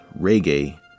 reggae